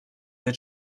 être